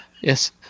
Yes